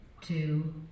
two